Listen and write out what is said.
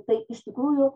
tai iš tikrųjų